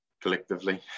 collectively